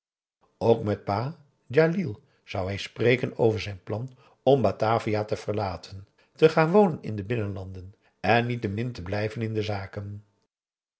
ook met pa djalil zou hij spreken over zijn plan om batavia te verlaten te gaan wonen in de binnenlanden en niettemin te blijven in de zaken